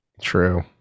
true